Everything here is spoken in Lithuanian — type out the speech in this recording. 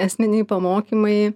esminiai pamokymai